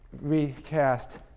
recast